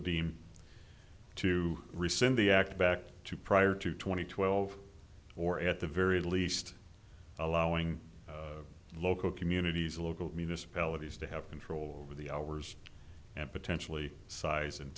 deem to rescind the act back to prior to two thousand and twelve or at the very least allowing local communities local municipalities to have control over the hours and potentially size and